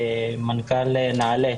מנכ"ל נעל"ה